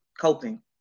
coping